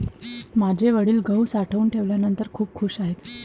माझे वडील गहू साठवून ठेवल्यानंतर खूप खूश आहेत